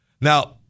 Now